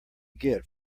get